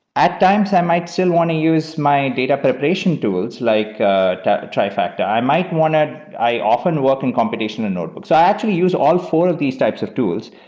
at times, i might still want to use my data preparation tools, like trifecta. i might want to i often work in computational and notebooks. i actually use all four of these types of tools,